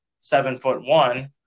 seven-foot-one